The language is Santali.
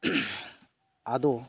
ᱟᱫᱚ